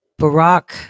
Barack